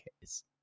case